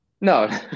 no